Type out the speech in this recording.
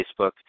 facebook